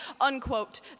unquote